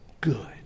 good